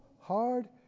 hard